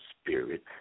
spirit